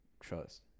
trust